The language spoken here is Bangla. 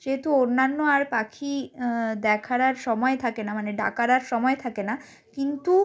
সেহেতু অন্যান্য আর পাখি দেখার আর সময় থাকে না মানে ডাকার আর সময় থাকে না কিন্তু